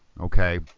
okay